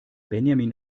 benjamin